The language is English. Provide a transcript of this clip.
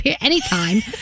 anytime